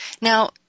Now